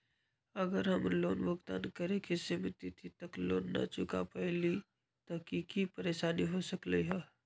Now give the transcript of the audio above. अगर हम लोन भुगतान करे के सिमित तिथि तक लोन न चुका पईली त की की परेशानी हो सकलई ह?